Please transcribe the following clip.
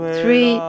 three